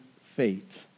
fate